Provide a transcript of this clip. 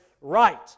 right